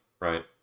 right